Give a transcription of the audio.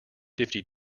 fifty